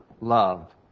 loved